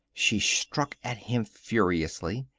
she struck at him furiously.